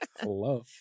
Hello